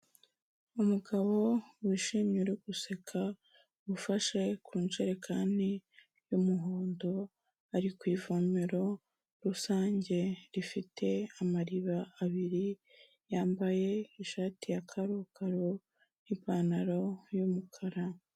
Umugabo wishimye uri guseka, ufashe ku njerekani y'umuhondo, ari ku ivomero rusange rifite amariba abiri, yambaye ishati ya karokaro n'ipantaro y'umukara.